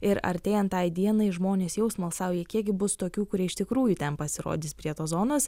ir artėjant tai dienai žmonės jau smalsauja kiekgi bus tokių kurie iš tikrųjų ten pasirodys prie tos zonos